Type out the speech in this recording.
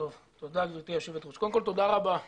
תודה גברתי היושבת-ראש, קודם כל תודה רבה לחברי,